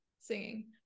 singing